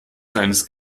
seines